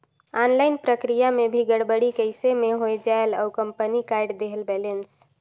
Online प्रक्रिया मे भी गड़बड़ी कइसे मे हो जायेल और कंपनी काट देहेल बैलेंस?